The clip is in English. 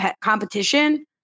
competition